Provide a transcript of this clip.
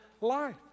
life